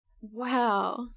Wow